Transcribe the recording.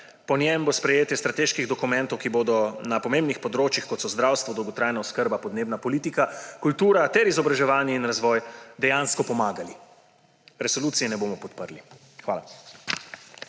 Po njem bo sprejetje strateških dokumentov, ki bodo na pomembnih področjih, kot so zdravstvo, dolgotrajna oskrba, podnebna politika, kultura ter izobraževanje in razvoj, dejansko pomagali. Resolucije ne bomo podprli. Hvala.